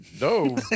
no